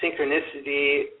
synchronicity